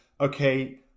okay